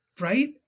Right